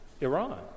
Iran